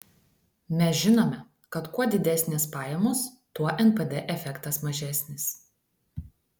mes žinome kad kuo didesnės pajamos tuo npd efektas mažesnis